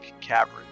Cavern